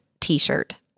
t-shirt